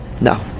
No